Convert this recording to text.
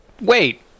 Wait